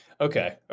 Okay